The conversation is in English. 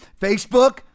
Facebook